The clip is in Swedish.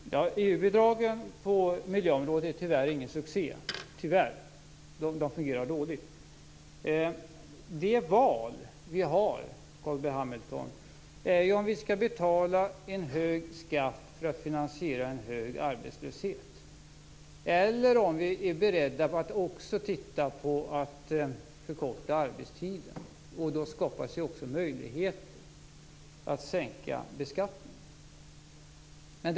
Fru talman! EU-bidragen på miljöområdet är, tyvärr, inte någon succé. De fungerar dåligt. Det val vi har gäller ju, Carl B Hamilton, om vi skall betala hög skatt för att finansiera en hög arbetslöshet eller om vi är beredda att också titta närmare på detta med en förkortning av arbetstiden. Då skapas möjligheter att sänka beskattningen.